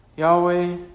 Yahweh